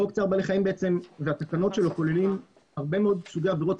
חוק צער בעלי חיים והתקנות שלו כוללים הרבה מאוד סוגי עבירות,